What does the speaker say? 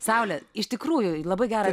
saule iš tikrųjų labai gerą